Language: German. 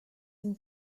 dem